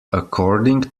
according